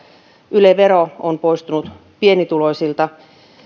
yle vero on poistunut pienituloisilta ynnä